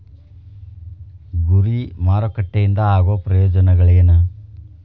ಗುರಿ ಮಾರಕಟ್ಟೆ ಇಂದ ಆಗೋ ಪ್ರಯೋಜನಗಳೇನ